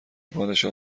پادشاه